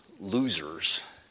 losers